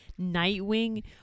Nightwing